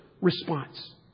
response